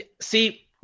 See